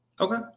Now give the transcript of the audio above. Okay